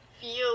feel